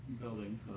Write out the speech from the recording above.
building